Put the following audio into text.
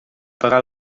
pagar